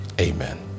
Amen